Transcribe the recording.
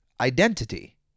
identity